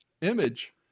image